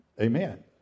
Amen